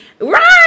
Right